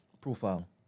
profile